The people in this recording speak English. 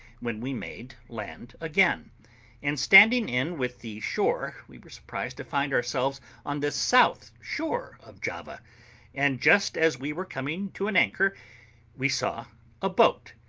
when we made land again and standing in with the shore, we were surprised to find ourselves on the south shore of java and just as we were coming to an anchor we saw a boat,